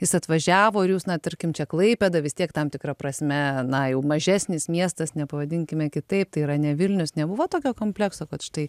jis atvažiavo ir jūs na tarkim čia klaipėda vis tiek tam tikra prasme na jau mažesnis miestas ne pavadinkime kitaip tai yra ne vilnius nebuvo tokio komplekso kad štai